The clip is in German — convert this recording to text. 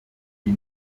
die